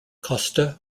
costa